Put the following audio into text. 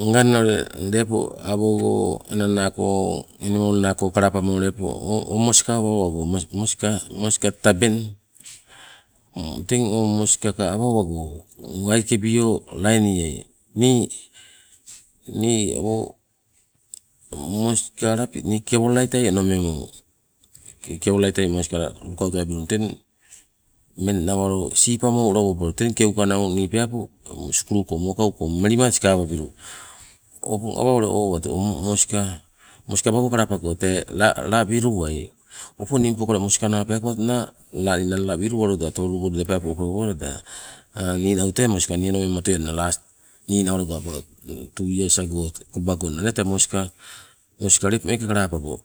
Nganna ule lepo awogo enang naako enimol naako lepo kalapamo moska, moska tabeng. Teng o moska ka awa owago waikebio lainieai, nii o moska lapi kewalolangtai onomemu, kewalolaitai moska lukauto abilung, teng ummeng nawalo siipa mo ula woopalu, teng keuka nau nii sukuluko mokauko melima sikababilu. Opong awa ule owatu o moska, moska awago kalapango tee la la wiluwai opong ningpo moska naa peekawatona la ninang la wiluwaloda tolulu goi loida peepo wiluwaloda. ninau tee moska ni onomemumatoienna last ninawalogo about two years ago kobagonna tee moska, moska lepo meeke kalapango